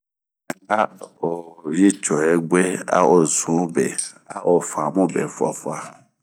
AH Oyi cuhegue ,ao zunbe, ao famube fuafua.